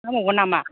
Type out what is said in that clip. नांबावगोन नामा